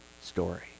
story